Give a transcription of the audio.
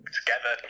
together